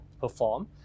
perform